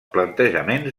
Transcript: plantejaments